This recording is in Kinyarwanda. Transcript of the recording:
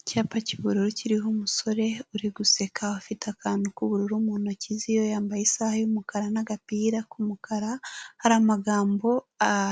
Icyapa cy'ubururu kiriho umusore uri guseka afite akantu k'ubururu mu ntoki ze iyo yambaye isaha y'umukara n'agapira k'umukara hari amagambo